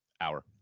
Hour